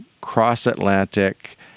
cross-Atlantic